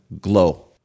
glow